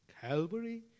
Calvary